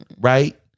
Right